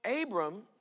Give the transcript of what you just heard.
Abram